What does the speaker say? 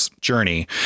journey